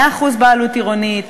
100% בעלות עירונית,